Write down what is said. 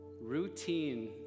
Routine